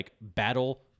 battle